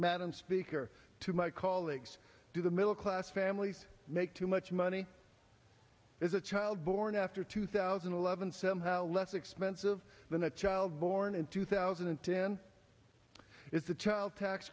madam speaker to my colleagues do the middle class families make too much money as a child born after two thousand and eleven somehow less expensive than a child born in two thousand and ten is a child tax